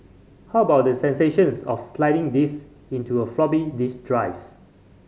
how about the sensations of sliding these into a floppy disk drives